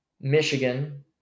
Michigan